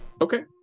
Okay